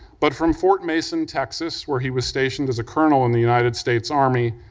but from fort mason, texas, where he was stationed as a colonel in the united states army,